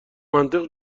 منطق